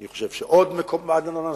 ואני חושב שעוד כמה אנשים,